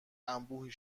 انبوهی